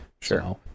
Sure